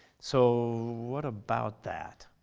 so what about that?